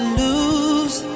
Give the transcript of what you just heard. lose